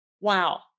Wow